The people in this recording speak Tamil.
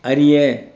அறிய